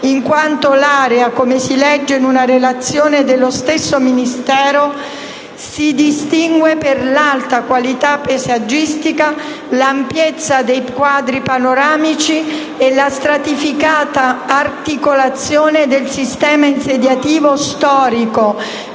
in quanto l'area - come si legge in una relazione dello stesso Ministero di qualche anno fa - «si distingue per l'alta qualità paesaggistica, l'ampiezza dei quadri panoramici, la stratificata articolazione del sistema insediativo storico